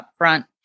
upfront